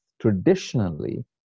traditionally